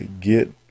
get